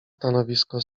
stanowisko